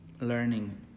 learning